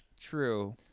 True